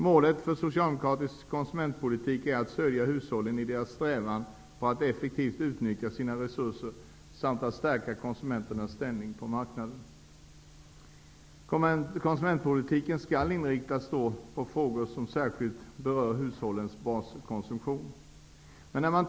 Målet för den socialdemokratiska konsumentpolitiken är att stödja hushållen i deras strävan att effektivt utnyttja sina resurser samt att stärka konsumenternas ställning på marknaden. Konsumentpolitiken skall sålunda inriktas på frågor som särskilt rör hushållens baskonsumtion. Herr talman!